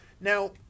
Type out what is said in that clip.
now